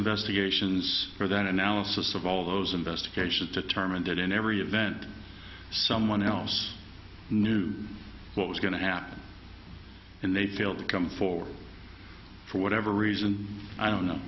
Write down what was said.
investigations for that analysis of all those investigations determined that in every event someone else knew what was going to happen and they failed to come forward for whatever reason i don't know